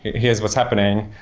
here's what's happening.